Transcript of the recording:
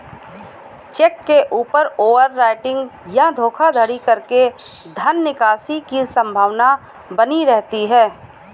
check के ऊपर overwriting या धोखाधड़ी करके धन निकासी की संभावना बनी रहती है